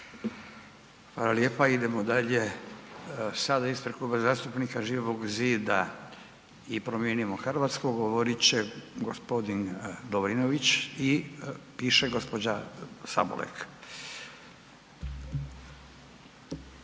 Hvala lijepa. Idemo dalje, sada ispred Kluba zastupnika Živog zida i Promijenimo Hrvatsku govorit će gospodin Lovrinović i piše gospođa Sabolek.